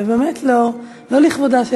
זה באמת לא לכבודה של